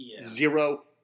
zero